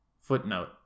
Footnote